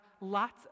lots